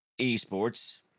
esports